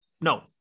No